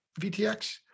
VTX